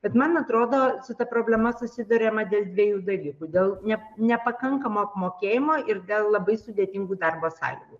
bet man atrodo su ta problema susiduriama dėl dviejų dalykų dėl ne nepakankamo apmokėjimo ir gal labai sudėtingų darbo sąlygų